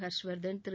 Harshvardhan Thiru